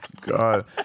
God